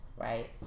Right